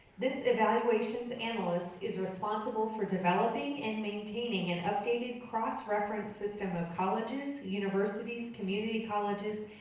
this evaluations analyst is responsible for developing and maintaining an updated cross-reference system of colleges, universities, community colleges,